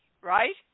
right